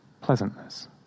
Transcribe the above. pleasantness